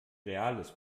reales